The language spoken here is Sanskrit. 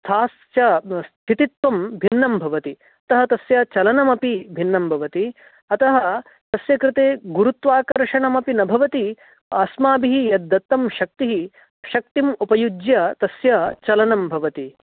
स्थास्य स्थितित्वं भिन्नं भवति अतः तस्य चलनमपि भिन्नं भवति अतः तस्य कृते गुरुत्वाकर्षणमपि न भवति अस्माभिः यद्दत्तं शक्तिः शक्तिं उपयुज्य तस्य चलनं भवति